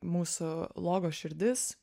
mūsų logo širdis